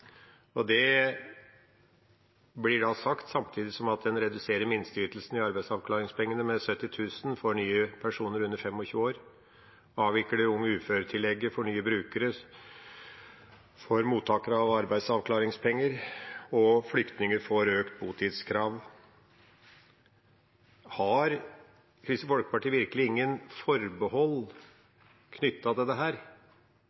Toskedal. Det blir da sagt samtidig som en reduserer minsteytelsene i arbeidsavklaringspengene med 70 000 kr for nye personer under 25 år, avvikler ung ufør-tillegget for nye brukere, for mottakere av arbeidsavklaringspenger, og flyktninger får økt botidskrav. Har Kristelig Folkeparti virkelig ingen forbehold